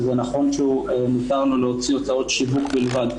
וזה נכון שמותר לו להוציא הוצאות שיווק בלבד,